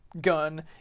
gun